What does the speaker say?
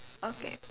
okay